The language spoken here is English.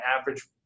average